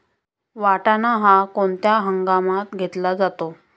वाटाणा हा कोणत्या हंगामात घेतला जातो?